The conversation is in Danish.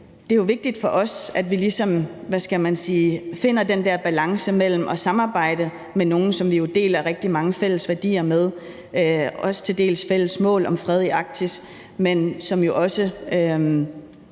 Det er vigtigt for os, at vi ligesom, hvad skal man sige, finder den der balance i forhold til at samarbejde med nogle, som vi jo deler rigtig mange fælles værdier med, til dels også fælles mål om fred i Arktis, men hvor